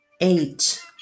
eight